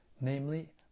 namely